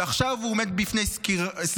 ועכשיו הוא עומד בפני סגירה.